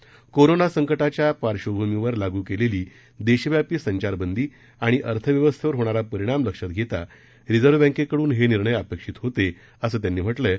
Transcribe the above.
corona संकटाच्या पार्बंभूमीवर लागू केलेली देशव्यापी संचारबंदी आणि अर्थव्यवस्थेवर होणारा परिणाम लक्षात घेता रिझव्हं बँकेकडून हे निर्णय अपेक्षित होते असं त्यांनी म्हटलंय